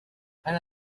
أنا